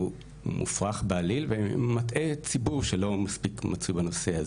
שזה מופרך בעליל וגם מטעה ציבור שלם שלא מספיק מתמצא בנושא.